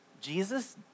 Jesus